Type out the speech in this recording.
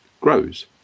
grows